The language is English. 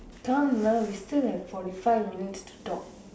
come lah we still have forty five minutes to talk